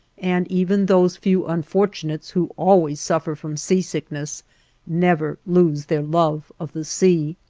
and even those few unfortunates who always suffer from sea-sickness never lose their love of the sea.